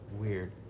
weird